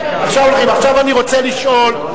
עכשיו אני רוצה לשאול,